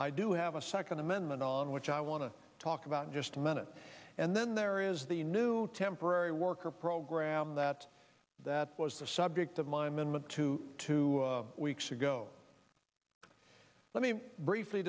i do have a second amendment on which i want to talk about just a minute and then there is the new temporary worker program that that was the subject of my two weeks ago let me briefly